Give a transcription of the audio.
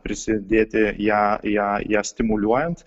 prisidėti ją ją ją stimuliuojant